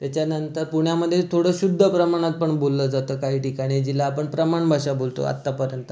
त्याच्यानंतर पुण्यामध्ये थोडं शुद्ध प्रमाणात पण बोललं जातं काही ठिकाणी जिला आपण प्रमाण भाषा बोलतो आत्तापर्यंत